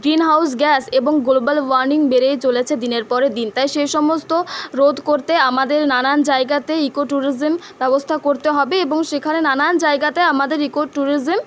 green house gas এবং global warming বেড়েই চলেছে দিনের পর দিন তা সে সমস্ত রোধ করতে আমাদের নানান জায়গায়তে ইকো ট্যুরিজম ব্যবস্থা করতে হবে এবং সেখানে নানান জায়গাতে আমাদের ইকো ট্যুরিজম